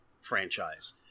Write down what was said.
franchise